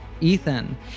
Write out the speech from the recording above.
Ethan